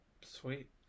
Sweet